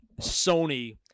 Sony